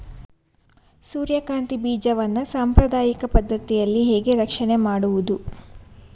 ಸೂರ್ಯಕಾಂತಿ ಬೀಜವನ್ನ ಸಾಂಪ್ರದಾಯಿಕ ಪದ್ಧತಿಯಲ್ಲಿ ಹೇಗೆ ರಕ್ಷಣೆ ಮಾಡುವುದು